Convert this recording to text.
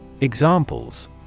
Examples